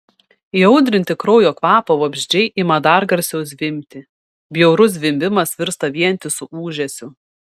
įaudrinti kraujo kvapo vabzdžiai ima dar garsiau zvimbti bjaurus zvimbimas virsta vientisu ūžesiu